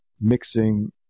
mixing